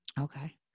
Okay